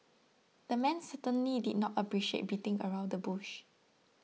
the man certainly did not appreciate beating around the bush